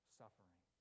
suffering